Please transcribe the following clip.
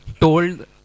told